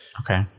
Okay